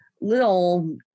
little